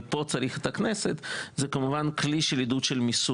היותר משמעותי ופה צריך את הכנסת זה כמובן עידוד של מיסוי.